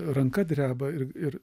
ranka dreba ir ir